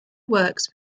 works